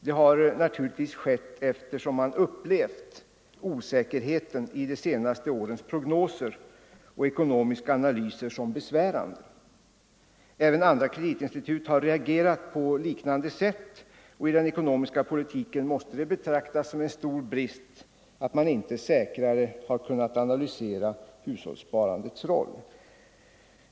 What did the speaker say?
Det har naturligtvis skett eftersom man upplevt osäkerheten i de senaste årens prognoser och ekonomiska analyser som besvärande. Även andra kreditinstitut har reagerat på liknande sätt, och i den ekonomiska politiken måste det betraktas som en stor brist att man inte säkrare har kunnat analysera hushållssparandets roll.